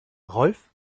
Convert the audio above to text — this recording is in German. rolf